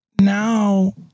now